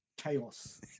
Chaos